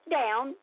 down